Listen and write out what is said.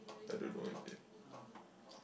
I don't know what you did